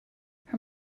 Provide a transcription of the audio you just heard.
her